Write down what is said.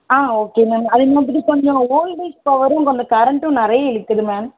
ஆ okay ma'am அது மாதிரி கொஞ்சம் ஓல்டேஜ் பவரும் கொஞ்சம் கரெண்ட்டும் நிறைய இழுக்குது மேம்